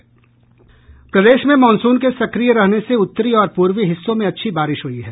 प्रदेश में मानसून के सक्रिय रहने से उत्तरी और पूर्वी हिस्सों में अच्छी बारिश हुई है